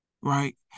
Right